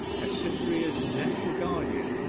as cytherea's natural guardian,